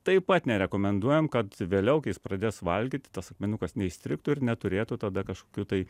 taip pat nerekomenduojam kad vėliau kai jis pradės valgyti tas akmenukas neįstrigtų ir neturėtų tada kažkokių tai